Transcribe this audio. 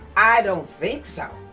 i don't think so.